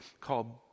called